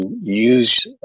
use